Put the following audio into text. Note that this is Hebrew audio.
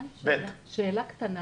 שאלה.